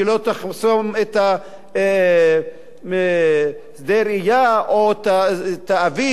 שלא תחסום את שדה הראייה או את האוויר,